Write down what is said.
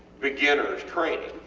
beginners training,